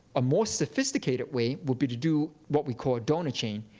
a more sophisticated way would be to do what we call a donor chain,